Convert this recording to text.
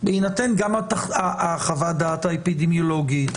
בהינתן גם חוות הדעת האפידמיולוגית,